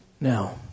Now